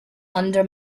under